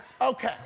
Okay